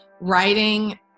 writing